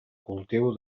cultiu